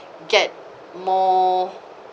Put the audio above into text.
get more